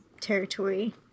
territory